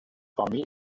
parmi